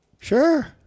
Sure